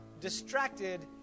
distracted